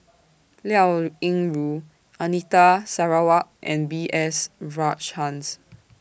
Liao Yingru Anita Sarawak and B S Rajhans